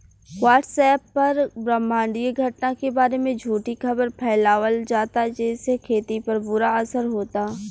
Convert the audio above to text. WhatsApp पर ब्रह्माण्डीय घटना के बारे में झूठी खबर फैलावल जाता जेसे खेती पर बुरा असर होता